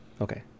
okay